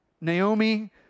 Naomi